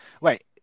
Wait